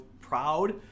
proud